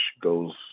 goes